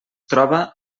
troba